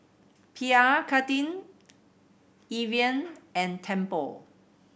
Pierre Cardin Evian and Tempur